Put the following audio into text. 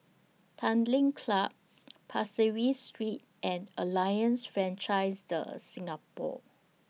Tanglin Club Pasir Ris Street and Alliance Francaise De Singapour